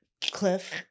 cliff